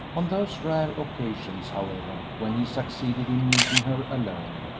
on those rare occasions, however, when he succeeded in meeting her alone,